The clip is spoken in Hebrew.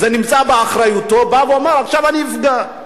זה נמצא באחריותו, בא ואמר, עכשיו אני אפגע.